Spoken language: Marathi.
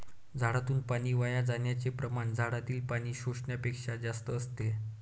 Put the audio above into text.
झाडातून पाणी वाया जाण्याचे प्रमाण झाडातील पाणी शोषण्यापेक्षा जास्त असते